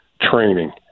training